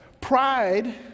pride